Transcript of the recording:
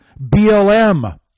BLM